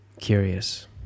Curious